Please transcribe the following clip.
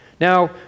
Now